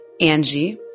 Angie